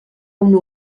una